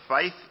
faith